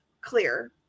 clear